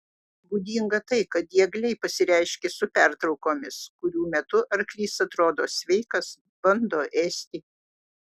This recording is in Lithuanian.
būdinga tai kad diegliai pasireiškia su pertraukomis kurių metu arklys atrodo sveikas bando ėsti